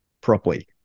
properly